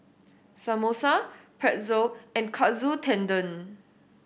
Samosa Pretzel and Katsu Tendon